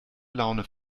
laune